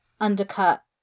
Undercut